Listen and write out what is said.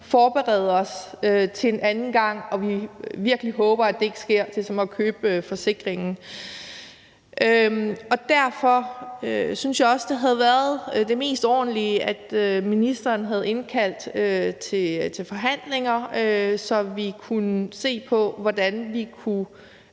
forberede os på en anden gang, selv om vi virkelig håber på, at det ikke sker. Det er ligesom at købe en forsikring. Derfor synes jeg også, det havde været det mest ordentlige, at ministeren havde indkaldt til forhandlinger, så vi kunne se på, hvordan vi måske